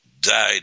died